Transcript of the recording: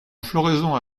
floraison